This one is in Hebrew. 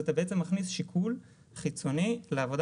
אז אתה בעצם מכניס שיקול חיצוני לעבודה